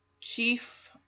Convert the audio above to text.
Chief